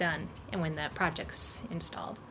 done and when that project's installed